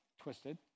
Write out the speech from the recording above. twisted